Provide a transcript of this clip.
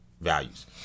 values